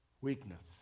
weakness